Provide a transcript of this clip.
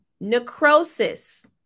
Necrosis